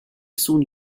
sun